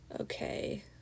okay